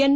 N